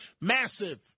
massive